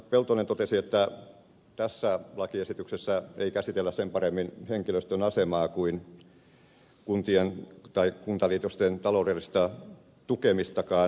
peltonen totesi että tässä lakiesityksessä ei käsitellä sen paremmin henkilöstön asemaa kuin kuntien tai kuntaliitosten taloudellista tukemistakaan